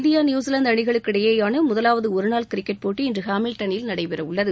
India New Zealand அணிகளுக்கிடையிலான முதவாவது ஒருநாள் கிரிக்கெட் போட்டி இன்று ஹாமல்டனில் நடைபெற உள்ளது